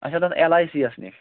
اچھا تَتھ اٮ۪ل آی سی یَس نِش